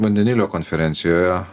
vandenilio konferencijoje